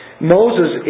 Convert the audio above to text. Moses